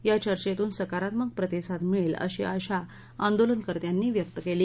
या चर्चेतून सकारात्मक प्रतिसाद मिळेल अशी आशा आंदोलकर्त्यांनी व्यक्त केली